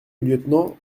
lieutenant